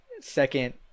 Second